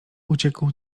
uciekł